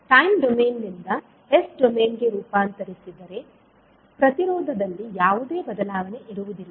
time ಡೊಮೇನ್ನಿಂದ S ಡೊಮೇನ್ಗೆ ರೂಪಾಂತರಿಸಿದರೆ ಪ್ರತಿರೋಧದಲ್ಲಿ ಯಾವುದೇ ಬದಲಾವಣೆ ಇರುವುದಿಲ್ಲ